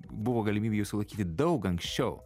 buvo galimybių jį sulaikyti daug anksčiau